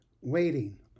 waiting